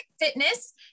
Fitness